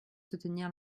soutenir